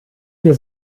wir